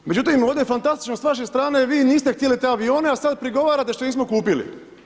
No, međutim, ovdje je fantastično s vaše strane, jer vi niste htjeli te avione, a sad prigovarate što ih nismo kupili.